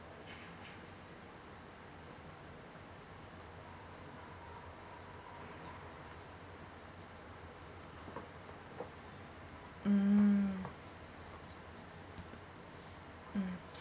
mm mm